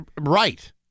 Right